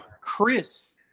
Chris